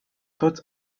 thought